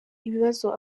ibibazo